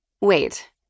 Wait